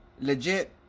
legit